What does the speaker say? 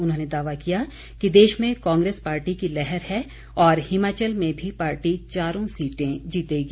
उन्होंने दावा किया कि देश में कांग्रेस पार्टी की लहर है और हिमाचल में भी पार्टी चारों सीटें जीतेगी